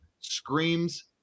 screams